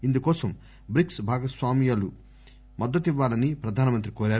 ఇందుకోసం బ్రిక్స్ భాగస్వాములు మద్దతివ్వాలని ప్రధానమంత్రి కోరారు